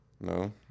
No